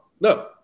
No